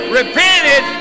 repented